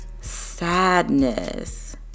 sadness